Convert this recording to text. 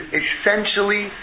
essentially